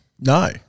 No